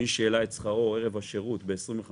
מי שהעלה את שכרו ערב השירות ב-25%,